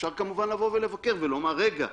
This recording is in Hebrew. אפשר כמובן לבוא ולבקר ולהגיד, רגע,